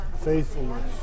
faithfulness